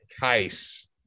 case